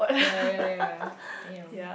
ya ya ya damn